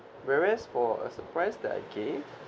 whereas for a surprise that I gave